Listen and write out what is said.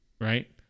Right